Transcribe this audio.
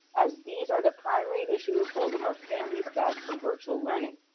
as these are the primary issues holding our families back from virtual learning.